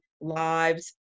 lives